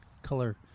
color